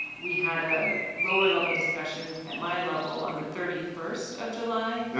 we had a lower level discussion at my level on the thirty first of july.